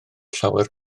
llawer